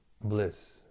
bliss